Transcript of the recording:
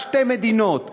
שתי מדינות,